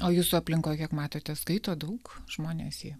o jūsų aplinkoj kiek matote skaito daug žmonės jį